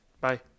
Bye